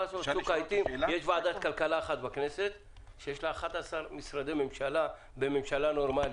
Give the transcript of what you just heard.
יש ועדת כלכלה אחת בכנסת שיש לה 11 משרדי ממשלה בממשלה נורמלית.